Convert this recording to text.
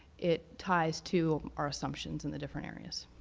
it ties to our assumptions in the different areas.